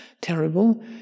terrible